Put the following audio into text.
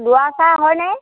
Duwara sir হয়নে